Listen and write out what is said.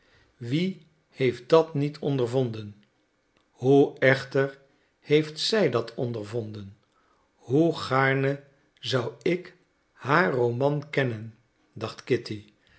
wie heeft dat niet ondervonden hoe echter heeft zij dat ondervonden hoe gaarne zou ik haar roman kennen dacht kitty